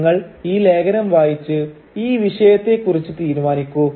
നിങ്ങൾ ഈ ലേഖനം വായിച്ച് ഈ വിഷയത്തെക്കുറിച്ച് തീരുമാനിക്കൂ